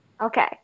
Okay